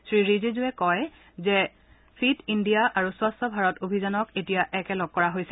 শ্ৰীৰিজিজুৱে কয় যে fit India আৰু স্বছ্ ভাৰত অভিযানক এতিয়া একেলগ কৰা হৈছে